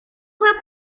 fue